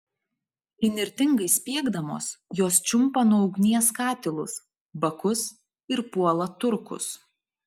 įnirtingai spiegdamos jos čiumpa nuo ugnies katilus bakus ir puola turkus